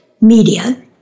media